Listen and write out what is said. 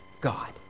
God